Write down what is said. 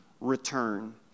return